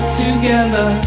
together